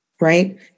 Right